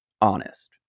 honest